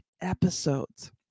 episodes